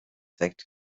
weckt